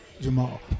Jamal